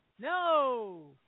No